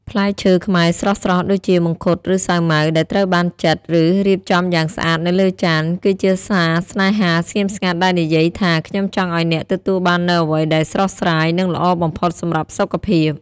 ផ្លែឈើខ្មែរស្រស់ៗដូចជា មង្ឃុត ឬសាវម៉ាវ ដែលត្រូវបានចិត និងរៀបចំយ៉ាងស្អាតនៅលើចាន គឺជាសារស្នេហាស្ងៀមស្ងាត់ដែលនិយាយថា «ខ្ញុំចង់ឱ្យអ្នកទទួលបាននូវអ្វីដែលស្រស់ស្រាយ និងល្អបំផុតសម្រាប់សុខភាព»។